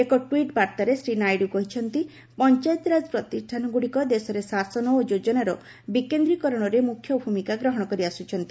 ଏକ ଟ୍ୱିଟ୍ ବାର୍ତ୍ତାରେ ଶ୍ରୀ ନାଇଡୁ କହିଛନ୍ତି ପଞ୍ଚାୟତିରାଜ ପ୍ରତିଷ୍ଠାନଗୁଡ଼ିକ ଦେଶରେ ଶାସନ ଓ ଯୋଜନାର ବିକେନ୍ଦ୍ରୀକରଣରେ ମୁଖ୍ୟ ଭୂମିକା ଗ୍ରହଣ କରିଆସୁଛନ୍ତି